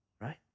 right